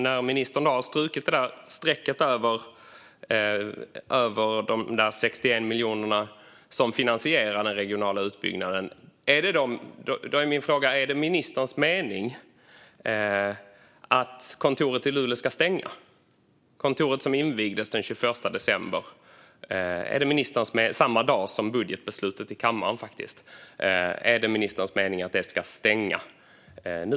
När ministern nu strukit det där strecket över de 61 miljoner kronor som finansierade den regionala utbyggnaden är min fråga om det är ministerns mening att kontoret i Luleå ska stänga. Det kontoret invigdes den 21 december, samma dag som budgetbeslutet fattades i kammaren. Är det ministerns mening att det ska stänga nu?